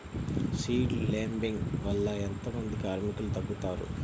Seed లేంబింగ్ వల్ల ఎంత మంది కార్మికులు తగ్గుతారు?